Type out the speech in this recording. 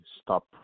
stop